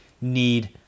need